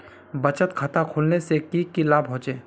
बचत खाता खोलने से की की लाभ होचे?